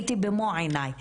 הם אומרים לאבא שלהם,